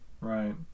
Right